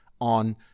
on